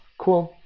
cool.